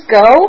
go